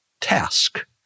task